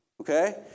Okay